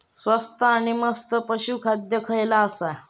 स्वस्त आणि मस्त पशू खाद्य खयला आसा?